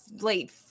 late